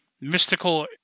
mystical